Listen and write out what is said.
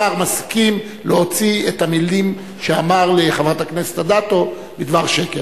השר מסכים להוציא את המלים שאמר לחברת הכנסת אדטו בדבר שקר.